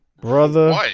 brother